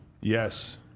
Yes